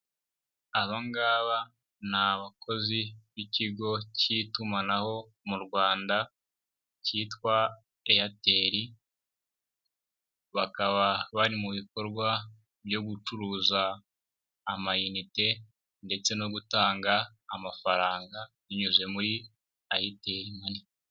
Aba ngaba ni abakozi b'ikigo k'itumanaho mu Rwanda cyitwa Eyateri bakaba bari mu bikorwa byo gucuruza amayinite ndetse no gutanga amafaranga binyuze muri Ayiteri mani.